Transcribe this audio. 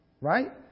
Right